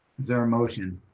there a motion?